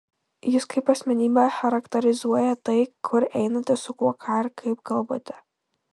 jus kaip asmenybę charakterizuoja tai kur einate su kuo ką ir kaip kalbate